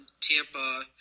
Tampa